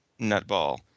nutball